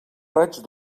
raig